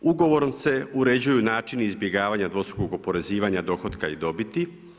Ugovorom se uređuju načini izbjegavanja dvostrukog oporezivanja dohotka i dobiti.